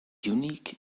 unique